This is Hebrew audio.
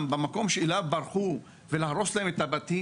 במקום שאליו הם ברחו ולהרוס להם את הבתים?